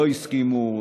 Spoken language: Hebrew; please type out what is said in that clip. לא הסכימו.